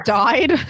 died